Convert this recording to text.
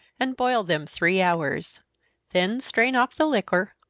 and boil them three hours then strain off the liquor,